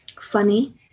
funny